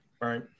Right